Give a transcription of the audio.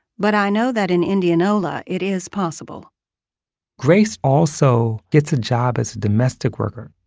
but i know that in indianola, it is possible grace also gets a job as a domestic worker,